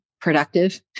productive